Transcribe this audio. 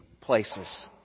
places